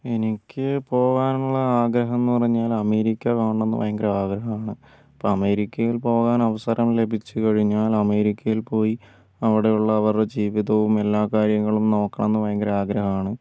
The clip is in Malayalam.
എനിക്ക് പോകാനുള്ള ആഗ്രഹംന്നു പറഞ്ഞാൽ അമേരിക്ക കാണണം എന്ന് ഭയങ്കര ആഗ്രഹമാണ് അപ്പോൾ അമേരിക്കയിൽ പോകാൻ അവസരം ലഭിച്ചുകഴിഞ്ഞാൽ അമേരിക്കയിൽ പോയി അവിടെയുള്ള അവരുടെ ജീവിതവും എല്ലാ കാര്യങ്ങളും നോക്കണം എന്ന് ഭയങ്കര ആഗ്രഹമാണ്